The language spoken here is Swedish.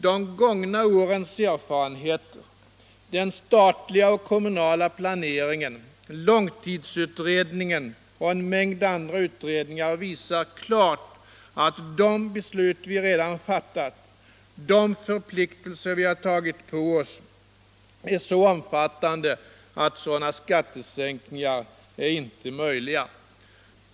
De gångna årens erfarenheter, den statliga och kommunala planeringen samt långtidsutredningen och andra utredningar visar klart att de beslut vi redan fattat och de förpliktelser vi redan tagit på oss är så omfattande att sådana skattesänkningar inte är möjliga.